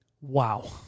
Wow